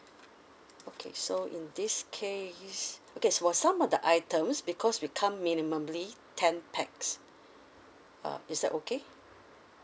okay so in this case okay for some of the items because we come minimally ten pax uh is that okay